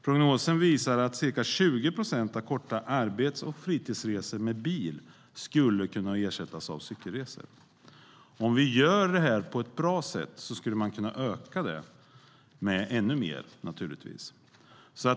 Prognosen visar att ca 20 procent av korta arbets och fritidsresor med bil skulle kunna ersättas av cykelresor. Om vi gör det här på ett bra sätt skulle man kunna öka det ännu mer, naturligtvis.